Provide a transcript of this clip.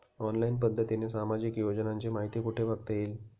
Online पद्धतीने सामाजिक योजनांची माहिती कुठे बघता येईल?